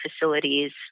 facilities